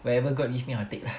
whatever god give me I'll take lah